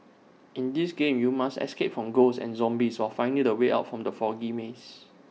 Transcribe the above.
in this game you must escape from ghosts and zombies while finding the way out from the foggy maze